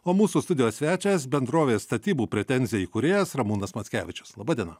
o mūsų studijos svečias bendrovės statybų pretenzija įkūrėjas ramūnas mackevičius laba diena